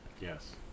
Yes